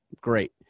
great